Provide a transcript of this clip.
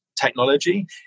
technology